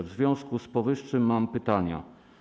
W związku z powyższym mam pytania.